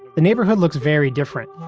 the neighborhood looks very different.